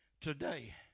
today